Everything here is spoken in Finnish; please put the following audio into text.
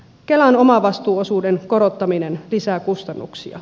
kelan omavastuuosuuden korottaminen lisää kustannuksia